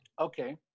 Okay